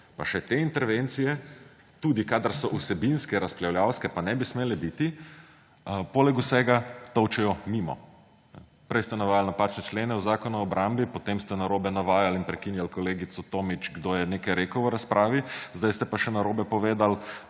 pa še te intervencije – tudi kadar so vsebinske, razpravljavske, pa ne bi smele biti – poleg vsega tolčejo mimo. Prej ste navajali napačne člene v Zakonu o obrambi, potem ste narobe navajali in prekinjali kolegico Tomić, kdo je nekaj rekel v razpravi, sedaj ste pa še narobe povedali